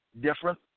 different